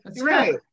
right